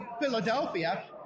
Philadelphia